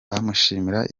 bamushimira